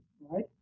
right